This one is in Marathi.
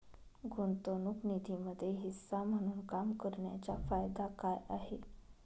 गुंतवणूक निधीमध्ये हिस्सा म्हणून काम करण्याच्या फायदा काय आहे?